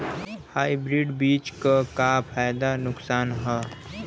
Hybrid बीज क का फायदा नुकसान ह?